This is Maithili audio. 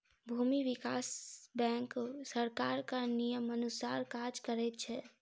भूमि विकास बैंक सरकारक नियमानुसार काज करैत छै